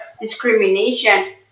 discrimination